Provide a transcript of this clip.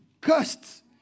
costs